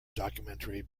documentary